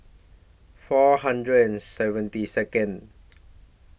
four hundred and seventy Second